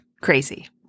Crazy